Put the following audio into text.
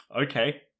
Okay